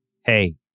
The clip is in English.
hey